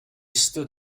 stood